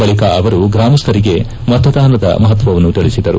ಬಳಿ ಅವರು ಗ್ರಾಮಸ್ವರಿಗೆ ಮತದಾನದ ಮಹತ್ತವನ್ನು ತಿಳಿಸಿದರು